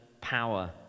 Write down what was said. power